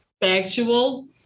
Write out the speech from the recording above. factual